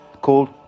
called